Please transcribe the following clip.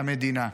למדינה.